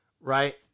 Right